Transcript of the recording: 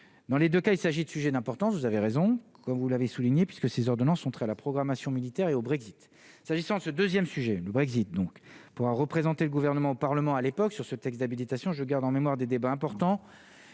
dans les 2 cas, il s'agit de sujets d'importance, vous avez raison, comme vous l'avez souligné puisque ces ordonnances ont trait à la programmation militaire et au Brexit s'agissant de ce 2ème sujet : le Brexit donc pourra représenter le gouvernement au Parlement à l'époque sur ce texte d'habilitation, je garde en mémoire des débats importants